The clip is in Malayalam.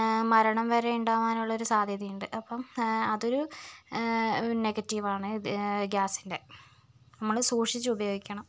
മരണം വരെ ഉണ്ടാവാനുള്ളൊരു സാധ്യത ഉണ്ട് അപ്പം അതൊരു നെഗറ്റിവ് ആണ് ഗ്യാസിന്റെ നമ്മൾ സൂക്ഷിച്ച് ഉപയോഗിക്കണം